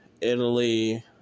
Italy